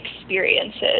experiences